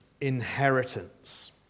inheritance